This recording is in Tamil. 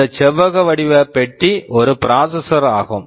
இந்த செவ்வக வடிவ பெட்டி ஒரு ப்ராசஸர் processor ஆகும்